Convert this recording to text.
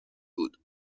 بود